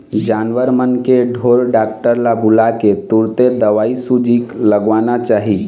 जानवर मन के ढोर डॉक्टर ल बुलाके तुरते दवईसूजी लगवाना चाही